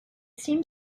seemed